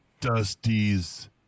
Dusty's